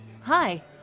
hi